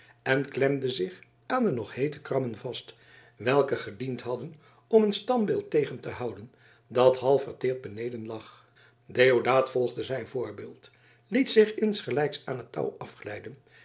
en klemde zich aan de nog heete krammen vast welke gediend hadden om een standbeeld tegen te houden dat half verteerd beneden lag deodaat volgde zijn voorbeeld liet zich insgelijks aan het touw